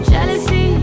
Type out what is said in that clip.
Jealousy